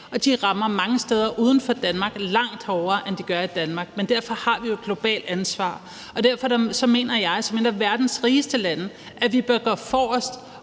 De rammer mange steder uden for Danmark langt hårdere, end de gør i Danmark. Men derfor har vi jo et globalt ansvar. Derfor mener jeg, at som et af verdens